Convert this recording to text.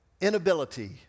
inability